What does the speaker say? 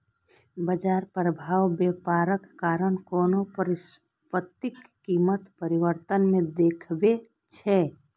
बाजार प्रभाव व्यापारक कारण कोनो परिसंपत्तिक कीमत परिवर्तन मे देखबै छै